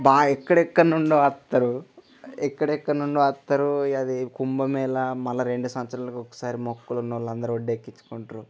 బాగా ఎక్కడెక్కడి నుండో వత్తరు ఎక్కడెక్క నుండో వత్తరు ఇగ అది కుంభమేళా మరల రెండు సంవత్సరాలకు ఒకసారి మొక్కులున్న వాళ్ళు అందరు వడ్డీ ఎక్కించుకుంటరు